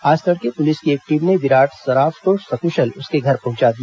आज तड़के पुलिस की टीम ने विराट सराफ को सक्शल उसके घर पहुंचा दिया